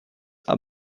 are